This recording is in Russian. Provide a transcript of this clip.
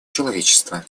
человечества